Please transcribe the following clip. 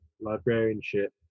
librarianship